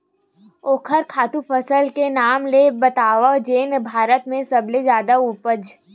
ओखर खातु फसल के नाम ला बतावव जेन भारत मा सबले जादा उपज?